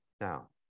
Now